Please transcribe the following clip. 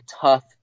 tough